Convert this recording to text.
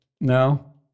no